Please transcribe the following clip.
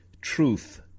truth